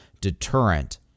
deterrent